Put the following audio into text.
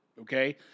okay